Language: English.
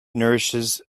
nourishes